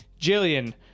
jillian